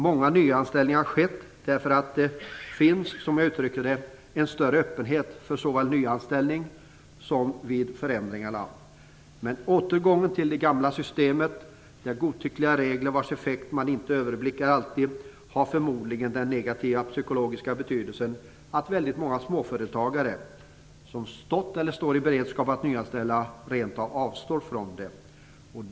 Många nyanställningar har skett, därför att det finns - som jag uttryckte det - en större öppenhet såväl vid nyanställning som vid förändringar. Men återgången till det gamla systemet, där godtyckliga regler, vilkas effekt man inte alltid överblickar, kan förmodas ha den negativa psykologiska betydelsen att väldigt många småföretagare som står i beredskap att nyanställa rent av avstår från att göra det.